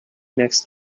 next